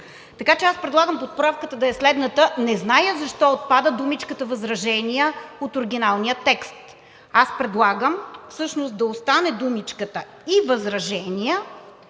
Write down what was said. Така че аз предлагам поправката да е следната – не зная защо отпада думичката „възражения“ от оригиналния текст: да остане думичката „и възражения“